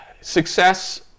success